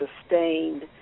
sustained